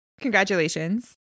Congratulations